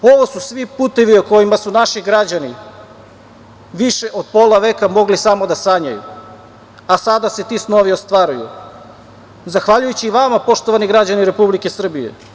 Ovo su svi putevi o kojima su naši građani više od pola veka mogli samo da sanjaju, a sada se ti snovi ostvaruju zahvaljujući vama, poštovani građani Republike Srbije.